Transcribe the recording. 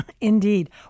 Indeed